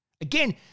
Again